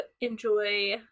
enjoy